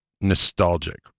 nostalgic